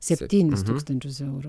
septynis tūkstančius eurų